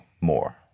more